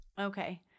Okay